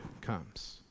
comes